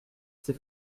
ces